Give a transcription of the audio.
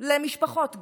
למשפחות גאות.